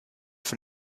von